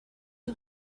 you